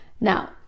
now